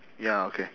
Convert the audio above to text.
ya okay